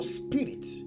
spirit